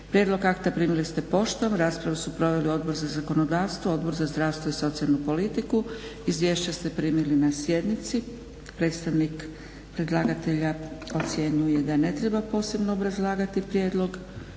Prijedlog akta primili ste poštom. Raspravu su proveli Odbor za zakonodavstvo, Odbor za zdravstvo i socijalnu politiku. Izvješća ste primili na sjednici. Predstavnik predlagatelja ocjenjuje da ne treba posebno obrazlagati prijedlog.